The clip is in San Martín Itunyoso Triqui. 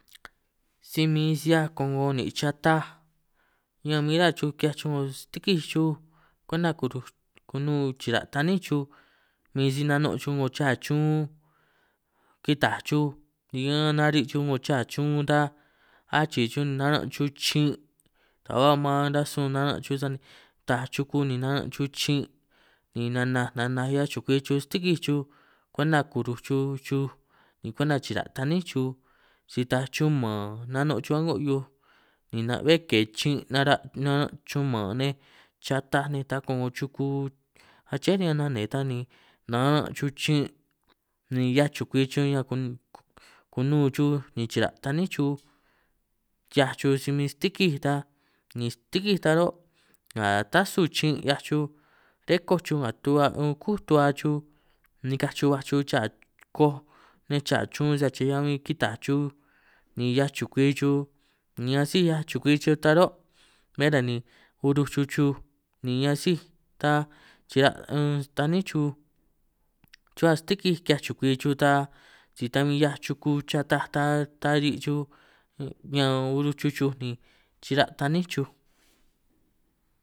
Si min si 'hiaj ko'ngo nìn' chataj ñan min ruhuâ chuj ki'hiaj 'ngo stîkij chuj, kwenta kuruj kunun chìrà' ta'ní chuj min si nano' chuj 'ngo chaà chun kitàj chuj, ni nga nari' chuj 'ngo chaà chun ta achi'ì chuj ni naran' chuj chin' ta ba maan rasun naran' chuj, sani taaj chuku ni naran' chuj chin' ni nanaj nanaj 'hiaj chukwi chuj stîkij chuj, kwenta kuruj chuj ni kwenta chira' ta'ní chuj si tachumàn nano' chuj a'ngô hiuj u, ni nan bé ke chin' nara' naran' chumàn nej chataj nej, ta ko'ngo chuku aché riñan nanè ta ni naran' chuj chin' ni 'hiaj chukwi chuj ñan ku kunun chuj, ni chira' ta'ní chuj ki'hiaj chuj si min stîkij ta ni stîkij ta rô' ngà tasu chin' 'hiaj chuj, rȇkoj chuj ngà kú tu'ba chuj nikaj chuj baj chuj, chaà koj nej chaà chun si ki'hia bin ñan kitàj chuj ni 'hiaj chukwi chuj ni asíj 'hiaj chukwi chuj, ta rô' bé ta ni uruj xuj chuj ni asíj ta chira' an taní chuj, ruhuâ stîkij ki'hiaj chukwi chuj ta si ta bin 'hiaj chuku chataj, ta ta ri' chuj ñan uruj chuj ni chira' taní chuj.